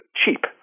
cheap